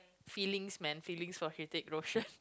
feelings man feelings or headache emotion